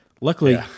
luckily